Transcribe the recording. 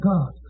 God